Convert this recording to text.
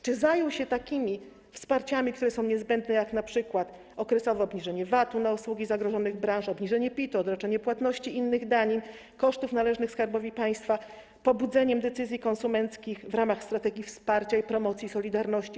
Czy zajął się wsparciami, które są niezbędne, takimi jak np. okresowe obniżenie VAT-u na usługi zagrożonych branż, obniżenie PIT-u, odroczenie płatności innych danin, kosztów należnych Skarbowi Państwa, pobudzenie decyzji konsumenckich w ramach strategii wsparcia i promocji solidarności?